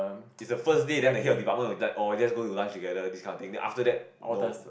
is a first day then the head of department will like oh just go to lunch together this kind of thing then after that no